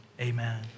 Amen